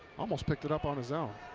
almost picked it up on his own.